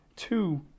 Two